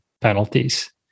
penalties